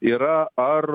yra ar